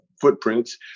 footprints